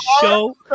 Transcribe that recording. show